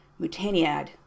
Mutaniad